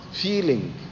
feeling